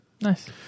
Nice